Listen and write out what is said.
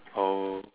oh